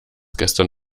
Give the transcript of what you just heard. gestern